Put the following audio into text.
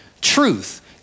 Truth